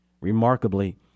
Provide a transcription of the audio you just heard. Remarkably